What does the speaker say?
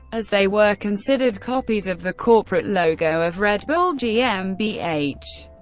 as they were considered copies of the corporate logo of red bull gmbh.